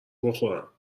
بخورم